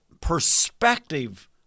perspective